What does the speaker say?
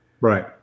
Right